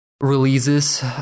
releases